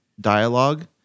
dialogue